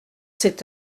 cet